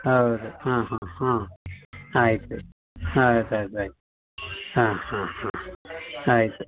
ಹೌದು ಹಾಂ ಹಾಂ ಹಾಂ ಆಯಿತು ಆಯ್ತು ಆಯ್ತು ಆಯ್ತು ಹಾಂ ಹಾಂ ಹಾಂ ಆಯಿತು